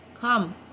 Come